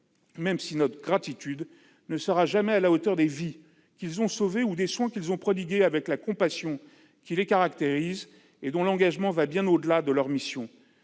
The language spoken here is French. même si notre gratitude ne sera jamais à la hauteur des vies qu'ils ont sauvées ou des soins qu'ils ont prodigués avec la compassion qui les caractérise, car leur engagement va bien au-delà de leur mission.